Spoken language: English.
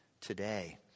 today